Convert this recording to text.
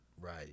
Right